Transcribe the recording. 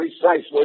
precisely